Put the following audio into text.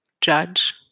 judge